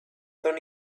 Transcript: done